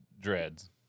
dreads